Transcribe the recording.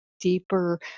deeper